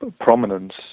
prominence